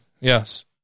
Yes